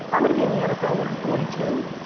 i'm gonna be in the nfl when i'm forty two,